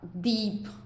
deep